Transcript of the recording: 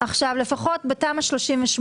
לפחות בתמ"א 38,